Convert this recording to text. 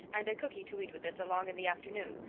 and a cooky to eat with it along in the afternoon,